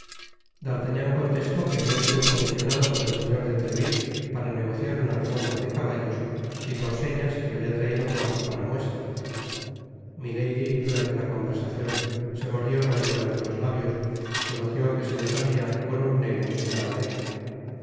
d'artagnan contestó que habia ido comisionado por el señor de trevilfé para negociar una remonta de caballos y por señas que habia traido cuatro para muestra milady durante la conversacion se mordió mas de una vez los labios conoció que se las habia con un nene nada lego